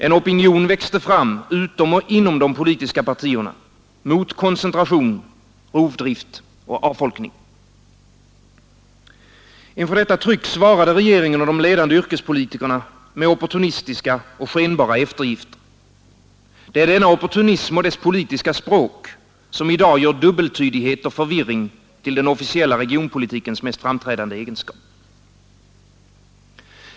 En opinion växte fram utom och inom de politiska partierna mot koncentration, rovdrift och avfolkning. Inför detta tryck svarade regeringen och de ledande yrkespolitikerna med opportunistiska och skenbara eftergifter. Det är denna opportunism och detta politiska språk som i dag gör dubbeltydighet och förvirring till den officiella regionpolitikens mest framträdande egenskaper.